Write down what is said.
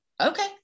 Okay